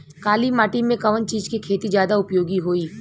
काली माटी में कवन चीज़ के खेती ज्यादा उपयोगी होयी?